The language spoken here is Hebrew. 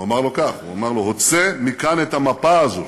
הוא אמר לו כך: הוצא מכאן את המפה הזאת,